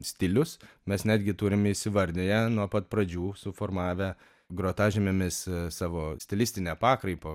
stilius mes netgi turime įsivardinę nuo pat pradžių suformavę grotažymėmis savo stilistinę pakraipą